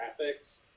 graphics